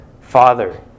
Father